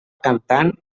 cantant